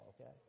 Okay